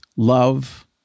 Love